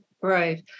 Right